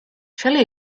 shelly